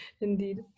indeed